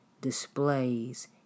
displays